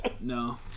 No